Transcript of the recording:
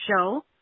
show